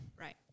Right